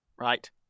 Right